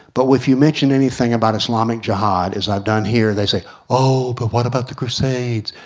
but when you mention anything about islamic jihad as i've done here, they say oh, but what about the crusades,